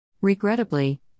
Regrettably